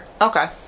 okay